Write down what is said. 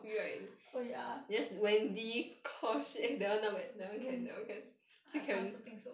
oh ya I also think so